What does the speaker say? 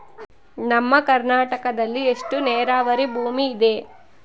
ನಮ್ಮ ಕರ್ನಾಟಕದಲ್ಲಿ ಎಷ್ಟು ನೇರಾವರಿ ಭೂಮಿ ಇದೆ?